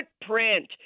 footprint